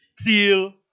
till